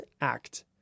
act